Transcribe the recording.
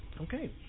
Okay